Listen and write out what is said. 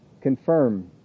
confirm